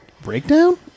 breakdown